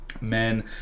men